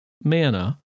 manna